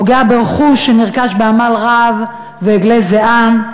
הוא פוגע ברכוש שנרכש בעמל רב ואגלי זיעה.